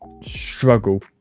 struggle